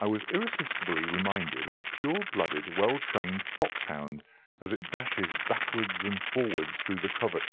i was irresistibly reminded of a pure-blooded well-trained foxhound as it dashes backwards and forwards through the covert,